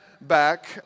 back